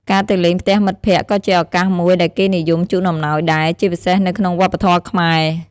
ការទៅលេងផ្ទះមិត្តភក្តិក៏ជាឱកាសមួយដែលគេនិយមជូនអំណោយដែរ ជាពិសេសនៅក្នុងវប្បធម៌ខ្មែរ។